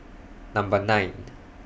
Number nine